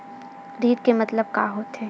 ऋण के मतलब का होथे?